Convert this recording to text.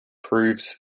proves